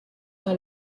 are